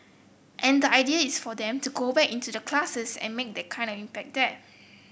and the idea is for them to go back into the classes and make that kind of impact there